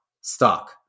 stock